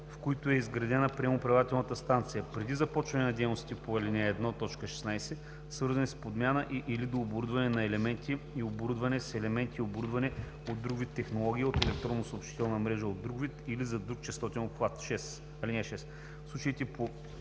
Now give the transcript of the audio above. в които е изградена приемно-предавателната станция, преди започване на дейности по ал. 1, т. 16, свързани с подмяна и/или дооборудване на елементи и оборудване с елементи и оборудване от друг вид технология, от електронна съобщителна мрежа от друг вид или за друг честотен обхват.